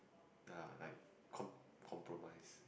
ya like com~ compromise